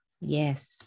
Yes